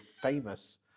famous